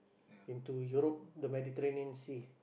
into Europe the Mediterranean Sea